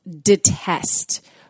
detest